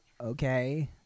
Okay